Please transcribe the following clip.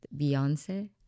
Beyonce